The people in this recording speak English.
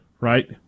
right